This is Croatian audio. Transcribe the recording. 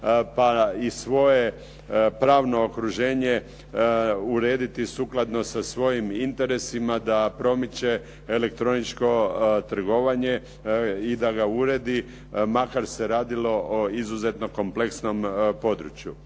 pa i svoje pravno okruženje urediti sukladno sa svojim interesima da promiče elektroničko trgovanje i da ga uredi makar se radilo o izuzetno kompleksnom području.